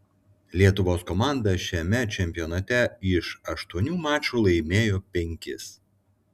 lietuvos komanda šiame čempionate iš aštuonių mačų laimėjo penkis